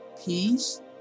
peace